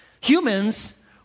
Humans